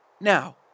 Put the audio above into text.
Now